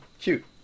cute